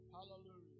Hallelujah